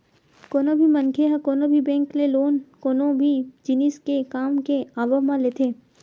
कोनो भी मनखे ह कोनो भी बेंक ले लोन कोनो भी जिनिस के काम के आवब म लेथे